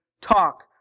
talk